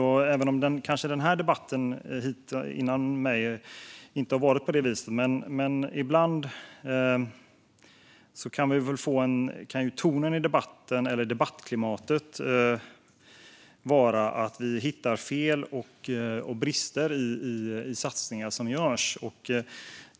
Den här debatten har kanske inte varit sådan, men ibland kan en debatt gå ut på att hitta fel och brister i de satsningar som görs.